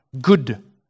good